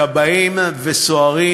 כבאים וסוהרים,